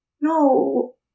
no